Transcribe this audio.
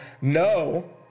no